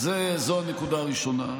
זו הנקודה הראשונה.